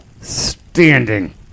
standing